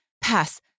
pass